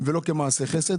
ולא כמעשה חסד.